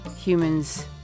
humans